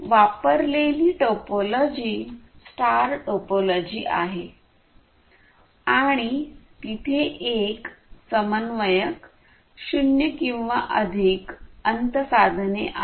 वापरलेली topology star topology आहे आणि तिथे एक समन्वयक शून्य किंवा अधिक अंत साधने आहेत